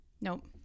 nope